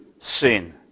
sin